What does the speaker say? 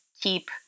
keep